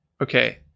Okay